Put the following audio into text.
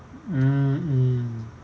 mm mm